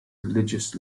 religious